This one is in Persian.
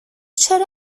چرا